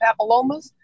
papillomas